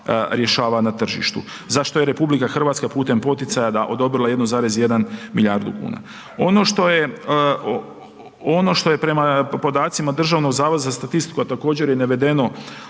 rješava na tržištu, za što je RH, putem poticaja odobrila 1,1 milijardu kuna. Ono što je prema podacima Državnog zavoda za statistiku, a također i navedeno,